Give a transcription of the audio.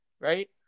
right